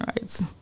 rights